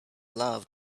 love